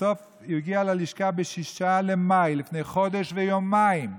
בסוף הוא הגיע ללשכה ב-6 במאי, לפני חודש ויומיים,